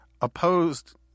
opposed